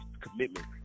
Commitment